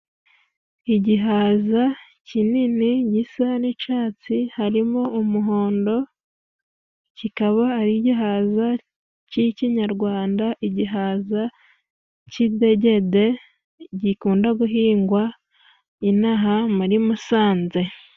Igihaza kinini gisa n'icatsi harimo umuhondo kikaba ari igihaza c'ikinyarwanda, igihaza cy'idegede gikunda guhingwa inaha muri Musanze.